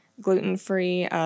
gluten-free